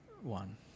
one